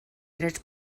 drets